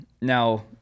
Now